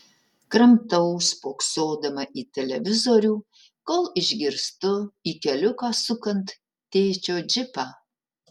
kramtau spoksodama į televizorių kol išgirstu į keliuką sukant tėčio džipą